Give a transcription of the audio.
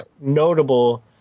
notable